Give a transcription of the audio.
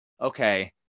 okay